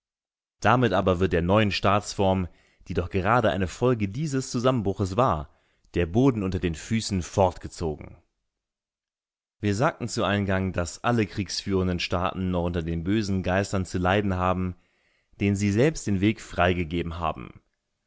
damit aber wird der neuen staatsform die doch gerade eine folge dieses zusammenbruches war der boden unter den füßen fortgezogen wir sagten zu eingang daß alle kriegführenden staaten noch unter den bösen geistern zu leiden haben denen sie selber den weg freigegeben haben